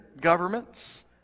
governments